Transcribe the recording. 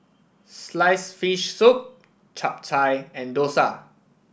sliced fish soup Chap Chai and Dosa